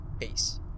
Peace